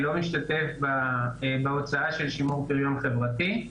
לא משתתף בהוצאה של שימור פריון חברתי,